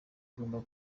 ugomba